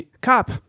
cop